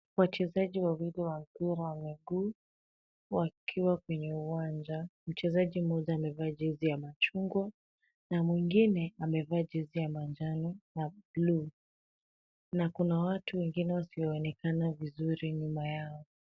Wachezaji wawili wa mpira wa miguu wakiwa kwenye uwanja. Mchezaji mmoja amevaa jezi ya machungwa na mwingine amevaa jezi ya manjano na blue na kuna watu wengine wasionekana vizuri nyuma yao.